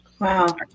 Wow